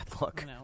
look